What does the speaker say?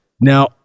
now